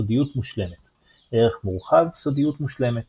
סודיות מושלמת ערך מורחב – סודיות מושלמת